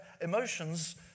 emotions